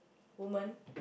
woman